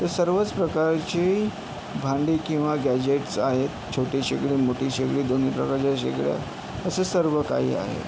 तर सर्वच प्रकारची भांडी किंवा गॅजेट्स आहेत छोटी शेगडी मोठी शेगडी दोन्ही प्रकारच्या शेगड्या असं सर्व काही आहे